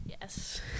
Yes